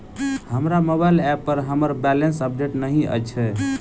हमर mobile app पर हमर बैलेंस अपडेट नहि अछि